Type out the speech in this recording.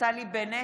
נפתלי בנט,